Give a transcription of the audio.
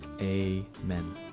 Amen